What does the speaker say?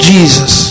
Jesus